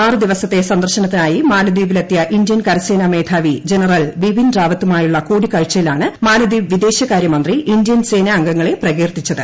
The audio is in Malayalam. ആറു ദിവ്സ്ത്തെ സന്ദർശനത്തിനായി മാലദ്വീപിലെത്തിയ ഇന്ത്യൻ കരസേനാ മേധാവി ജനറൽ ബിപിൻ റാവത്തുമായുള്ള കൂടിക്കാഴ്ചയിലാണ് മാലദീപ് വിദേശകാര്യമന്ത്രി ഇന്ത്യൻ സേനാംഗങ്ങളെ പ്രകീർത്തിച്ചത്